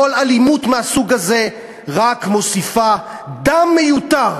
כל אלימות מהסוג הזה רק מוסיפה דם מיותר